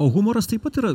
o humoras taip pat yra